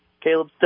Caleb